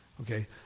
okay